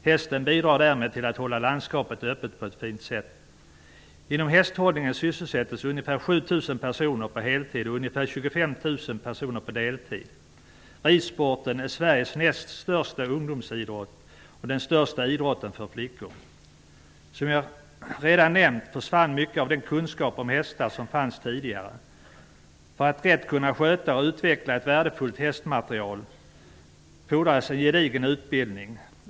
Hästen bidrar därmed till att hålla landskapet öppet på ett fint sätt. personer på heltid och ungefär 25 000 personer på deltid. Ridsporten är Sveriges näst största ungdomsidrott och den största idrotten för flickor. Som jag redan har nämnt försvann mycket av den kunskap om hästar som fanns tidigare. För att rätt kunna sköta och utveckla ett värdefullt hästmaterial fordras en gedigen utbildning.